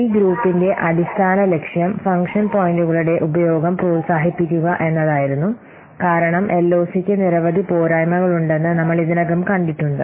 ഈ ഗ്രൂപ്പിന്റെ അടിസ്ഥാന ലക്ഷ്യം ഫംഗ്ഷൻ പോയിന്റുകളുടെ ഉപയോഗം പ്രോത്സാഹിപ്പിക്കുക എന്നതായിരുന്നു കാരണം എൽഒസിക്ക് നിരവധി പോരായ്മകളുണ്ടെന്ന് നമ്മൾ ഇതിനകം കണ്ടിട്ടുണ്ട്